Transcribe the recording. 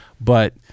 But-